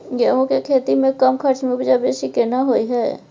गेहूं के खेती में कम खर्च में उपजा बेसी केना होय है?